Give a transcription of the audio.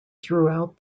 throughout